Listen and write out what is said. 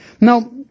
Now